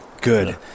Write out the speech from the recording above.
Good